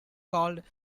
called